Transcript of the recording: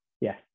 Yes